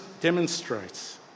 demonstrates